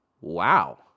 Wow